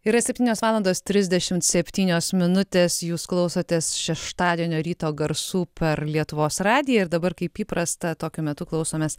yra septynios valandos trisdešimt septynios minutės jūs klausotės šeštadienio ryto garsų per lietuvos radiją ir dabar kaip įprasta tokiu metu klausomės